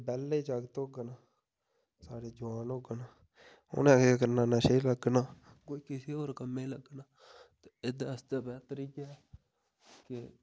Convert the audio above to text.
ते बेह्ले जागत होङन सारे जुआन होङन उनें केह् करना नशे ई लग्गना कोई किसे होर कम्मै ई लग्गना ते एह्दे आस्तै बेह्तर इ'यै कि